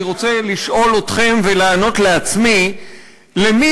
אני רוצה לשאול אתכם ולענות לעצמי: למי